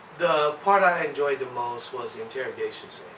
the part i enjoyed the most was the interrogation